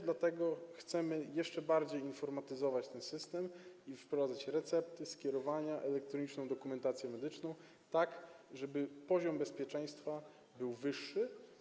Dlatego też chcemy jeszcze bardziej informatyzować system i wprowadzać recepty, skierowania, elektroniczną dokumentację medyczną, tak żeby poziom bezpieczeństwa był wyższy.